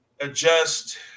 adjust